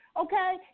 Okay